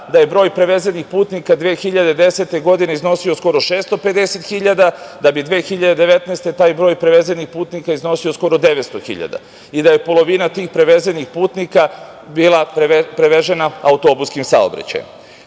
da je broj prevezenih putnika 2010. godine iznosio skoro 650 hiljada, da bi 2019. godine taj broj prevezenih putnika iznosio skoro 900 hiljada i da je polovina tih prevezenih putnika bila prevezena autobuskim saobraćajem. Sigurno,